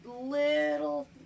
little